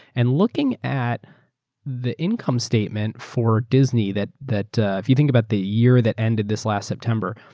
and looking at the income statement for disney, that that if you think about the year that ended this last september,